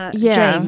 yeah.